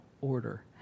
order